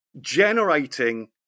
generating